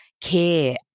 care